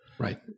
Right